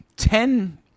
Ten